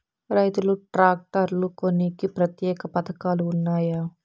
రైతులు ట్రాక్టర్లు కొనేకి ప్రత్యేక పథకాలు ఉన్నాయా?